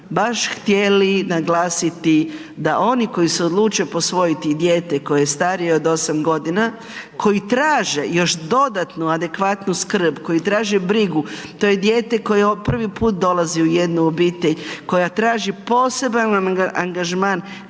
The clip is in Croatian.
baš htjeli naglasiti da oni koji se odluče posvojiti dijete koje je starije od 8 godina, koji traže još dodatnu adekvatnu skrb, koji traže brigu, to je dijete koje prvi puta dolazi u jednu obitelj, koja traži poseban angažman tih